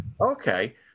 okay